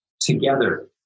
together